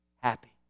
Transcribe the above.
happy